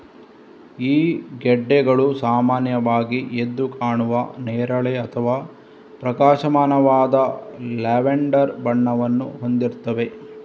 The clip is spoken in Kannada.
ಈ ಗೆಡ್ಡೆಗಳು ಸಾಮಾನ್ಯವಾಗಿ ಎದ್ದು ಕಾಣುವ ನೇರಳೆ ಅಥವಾ ಪ್ರಕಾಶಮಾನವಾದ ಲ್ಯಾವೆಂಡರ್ ಬಣ್ಣವನ್ನು ಹೊಂದಿರ್ತವೆ